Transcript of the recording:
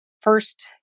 first